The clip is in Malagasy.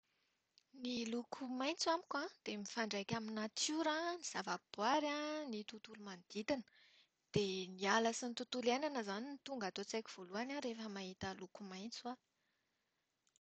Ny loko maitso amiko dia mifandraika amin'ny natiora, ny zavaboary, ny tontolo manodidina. Dia ny ala sy ny tontolo iainana no tonga ato an-tsaiko voalohany rehefa mahita loko maitso aho.